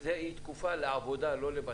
היא תקופה לעבודה, לא לבטלה.